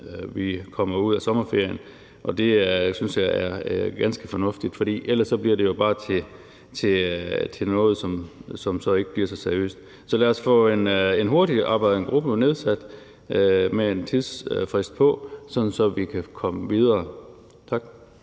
vi kommer ud af sommerferien, og det synes jeg er ganske fornuftigt, for ellers bliver det jo bare til noget, som ikke bliver så seriøst. Så lad os få en hurtigtarbejdende gruppe nedsat med en tidsfrist, sådan at vi kan komme videre. Tak.